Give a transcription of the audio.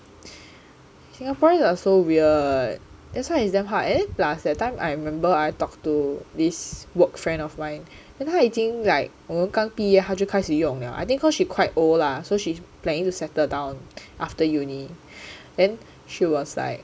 singaporeans are so weird that's why it's damn hard and plus that time I remember I talk to this work friend of mine then 他已经 like 我们刚毕业他就开始用了 I think cause she quite old lah so she's planning to settle down after uni then she was like